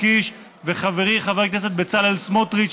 קיש ולחברי חבר הכנסת בצלאל סמוטריץ,